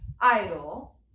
idol